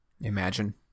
Imagine